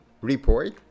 report